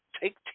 take